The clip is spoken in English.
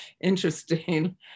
interesting